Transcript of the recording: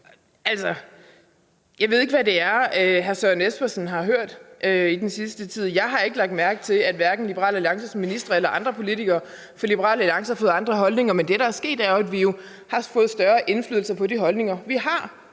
jeg ved ikke, hvad det er, hr. Søren Espersen har hørt i den sidste tid. Jeg har ikke lagt mærke til, at Liberal Alliances ministre eller andre politikere fra Liberal Alliance har fået andre holdninger, men det, der er sket, er jo, at vi har fået større indflydelse med de holdninger, vi har.